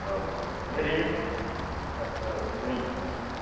औ औ ओरैनो औ बुं